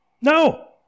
No